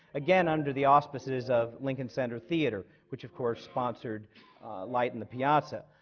again under the auspices of lincoln center theater, which of course sponsored light in the piazza.